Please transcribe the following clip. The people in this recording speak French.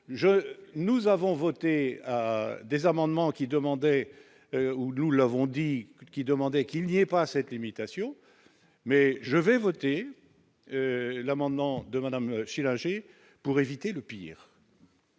nous avons voté à des amendements qui demandait où nous l'avons dit qui demandait qu'il n'y avait pas cette limitation, mais je vais voter l'amendement de Madame Schillinger pour éviter le pire.